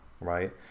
Right